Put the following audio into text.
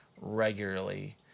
regularly